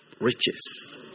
riches